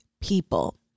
people